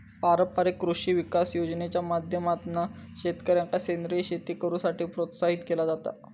पारंपारिक कृषी विकास योजनेच्या माध्यमातना शेतकऱ्यांका सेंद्रीय शेती करुसाठी प्रोत्साहित केला जाता